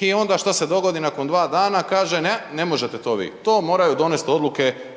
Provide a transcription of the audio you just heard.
i onda šta se dogodi nakon dva dana kaže ne, ne možete to vi, to moraju donest odluke